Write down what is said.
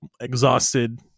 exhausted